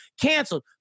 canceled